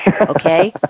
okay